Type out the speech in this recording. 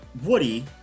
woody